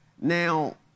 Now